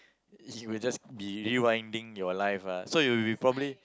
you will just be rewinding your life lah so you will be probably